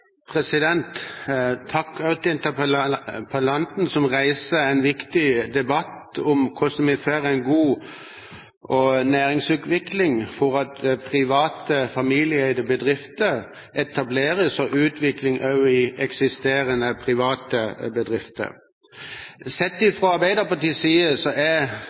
dette. Takk til interpellanten, som reiser en viktig debatt om hvordan vi får en god næringsutvikling for at private, familieeide bedrifter etableres, og at det blir utvikling også i eksisterende private bedrifter. Sett fra Arbeiderpartiets side er